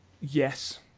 Yes